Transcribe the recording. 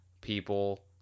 people